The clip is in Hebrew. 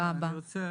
אני רוצה